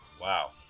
Wow